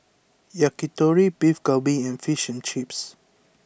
Yakitori Beef Galbi and Fish and Chips